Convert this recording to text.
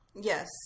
Yes